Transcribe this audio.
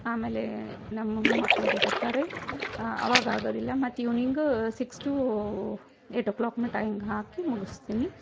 ಆಮೇಲೆ ನಮ್ಮ ಮಕ್ಳದು ಬರ್ತಾರೆ ಅವಾಗ ಆಗೋದಿಲ್ಲ ಮತ್ತು evening six to eight o'clock ಮಟ್ಟ ಹಿಂಗೆ ಹಾಕಿ ಮುಗಿಸ್ತೀನಿ